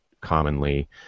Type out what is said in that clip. commonly